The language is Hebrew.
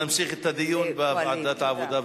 אנחנו נמשיך את הדיון בוועדת העבודה,